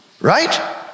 Right